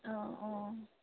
অঁ অঁ